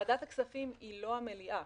ועדת הכספים היא לא המליאה,